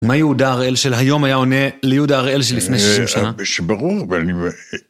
מה יהודה אראל של היום היה עונה ליהודה אראל שלפני שישים שנה? אה, זה ברור, אבל אני...